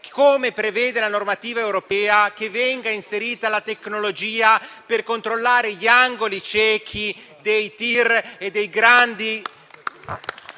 come prevede la normativa europea, inserire la tecnologia per controllare gli angoli ciechi dei TIR e dei grandi